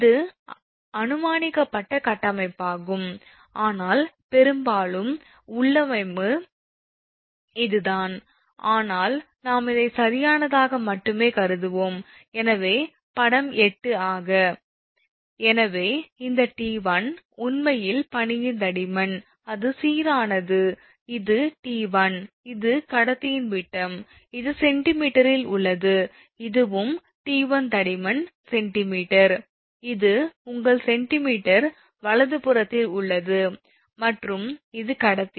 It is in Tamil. இது அனுமானிக்கப்பட்ட கட்டமைப்பாகும் ஆனால் பெரும்பாலும் உள்ளமைவு இதுதான் ஆனால் நாம் இதை சரியானதாக மட்டுமே கருதுவோம் எனவே படம் 8 ஆக எனவே இந்த 𝑡1 உண்மையில் பனியின் தடிமன் அது சீரானது இது 𝑡1 இது கடத்தியின் விட்டம் இது சென்டிமீட்டரில் உள்ளது இதுவும் 𝑡1 தடிமன் சென்டிமீட்டர் இது உங்கள் சென்டிமீட்டர் வலதுபுறத்தில் உள்ளது மற்றும் இது கடத்தி